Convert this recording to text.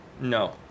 No